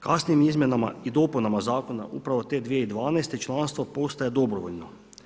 Kasnijim izmjenama i dopunama Zakona upravo te 2012. članstvo postaje dobrovoljno.